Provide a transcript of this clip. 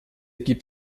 gibt